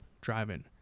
driving